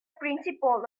principle